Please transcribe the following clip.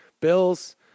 Bills